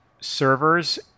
servers